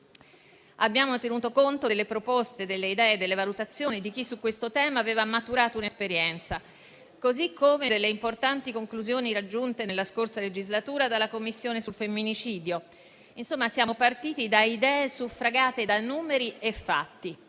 Abbiamo tenuto conto delle proposte, delle idee e delle valutazioni di chi su questo tema aveva maturato un'esperienza, così come delle importanti conclusioni raggiunte nella passata legislatura dalla Commissione femminicidio. Insomma, siamo partiti da idee suffragate da numeri e fatti